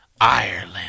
Ireland